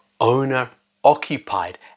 owner-occupied